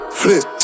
flip